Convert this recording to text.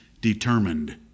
determined